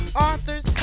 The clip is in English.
authors